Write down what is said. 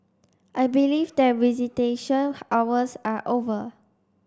I believe that visitation hours are over